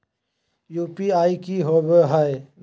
UPI की होवे हय?